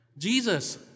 Jesus